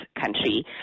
country